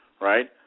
right